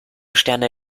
sterne